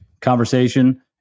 conversation